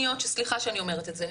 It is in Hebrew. שסליחה שאני אומרת את זה,